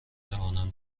توانم